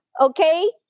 okay